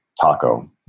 taco